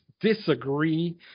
disagree